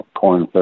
corn